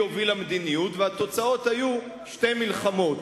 הובילה מדיניות והתוצאות היו שתי מלחמות,